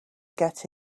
get